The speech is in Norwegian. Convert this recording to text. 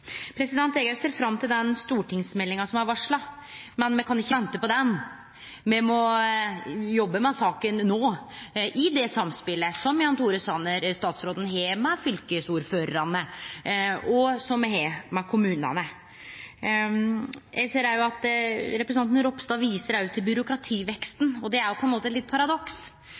Eg òg ser fram til den stortingsmeldinga som er varsla, men me kan ikkje vente på ho. Me må jobbe med saka no, i det samspelet som statsråd Jan Tore Sanner har med fylkesordførarane, og som me har med kommunane. Representanten Ropstad viser òg til byråkrativeksten, og det er på ein måte eit lite paradoks.